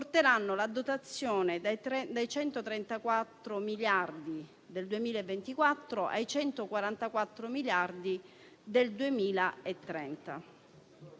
porterà la dotazione dai 134 miliardi del 2024 ai 144 miliardi del 2030.